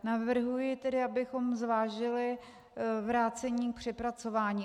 Navrhuji tedy, abychom zvážili vrácení k přepracování.